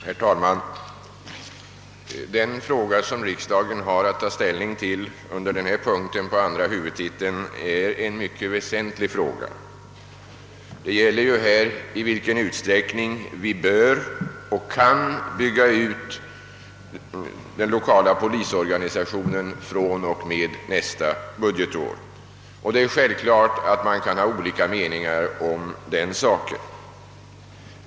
Herr talman! Den fråga, som riksdagen har att ta ställning till under denna punkt på andra huvudtiteln, är mycket väsentlig. Det gäller i vilken utsträckning vi bör och kan bygga ut den 1okala polisorganisationen fr.o.m. nästa budgetår. Självfallet kan det råda olika meningar härom.